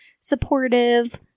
supportive